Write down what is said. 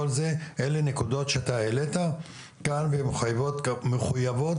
כל אלה הן הנקודות שהעלית כאן והן מחויבות